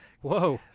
whoa